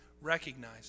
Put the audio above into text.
recognize